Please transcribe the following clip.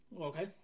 Okay